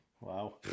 Wow